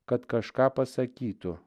kad kažką pasakytų